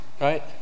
Right